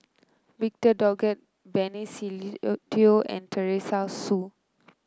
Victor Doggett Benny Se Teo and Teresa Hsu